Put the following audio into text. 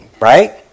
Right